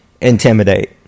Intimidate